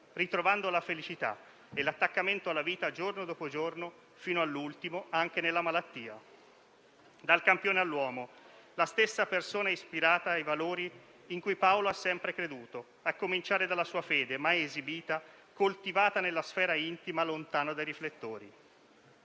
ritrovando la felicità e l'attaccamento alla vita, giorno dopo giorno, fino all'ultimo, anche nella malattia. Dal campione all'uomo, la stessa persona ispirata ai valori in cui Paolo ha sempre creduto, a cominciare dalla sua fede, mai esibita, coltivata nella sfera intima, lontano dai riflettori.